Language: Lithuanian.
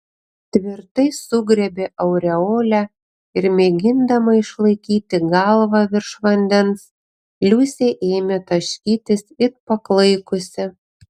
tvirtai sugriebė aureolę ir mėgindama išlaikyti galvą virš vandens liusė ėmė taškytis it paklaikusi